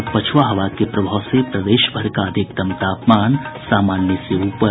और पछुआ हवा के प्रभाव से प्रदेशभर का अधिकतम तापमान सामान्य से ऊपर